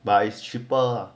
but it's cheaper